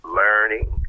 learning